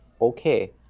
okay